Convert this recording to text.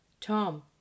Tom